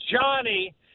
Johnny